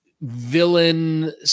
villain